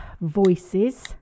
voices